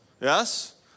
Yes